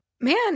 Man